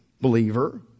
believer